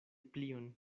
plion